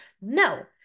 No